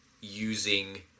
using